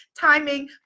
timing